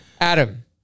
Adam